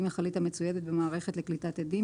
מכלית המצוידת במערכת לקליטת אדים,